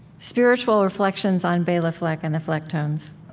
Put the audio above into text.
spiritual reflections on bela fleck and the flecktones.